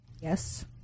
Yes